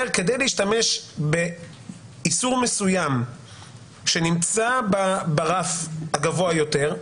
כדי להשתמש באיסור מסוים שנמצא ברף הגבוה יותר,